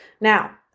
Now